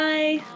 Bye